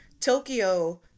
Tokyo